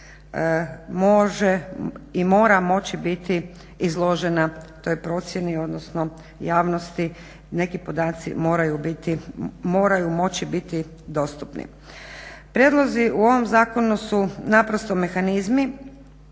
može i mora moći biti izložena toj procjeni, odnosno javnosti neki podaci moraju moći biti dostupni. Prijedlozi u ovom zakonu su naprosto mehanizmi